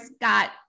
got